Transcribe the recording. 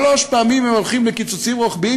שלוש פעמים הם הולכים לקיצוצים רוחביים